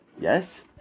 yes